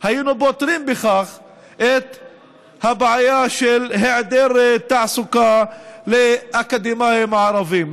את הבעיה של היעדר תעסוקה לאקדמאים ערבים.